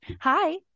Hi